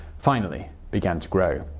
finally began to grow.